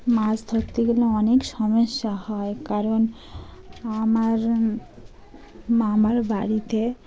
মাছ ধরতে গেলে অনেক সমস্যা হয় কারণ আমার মামার বাড়িতে